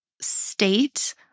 state